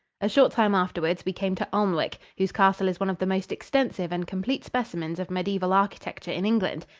a short time afterwards we came to alnwick, whose castle is one of the most extensive and complete specimens of mediaeval architecture in england.